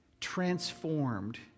transformed